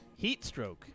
Heatstroke